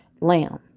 lamb